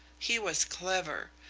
he was clever.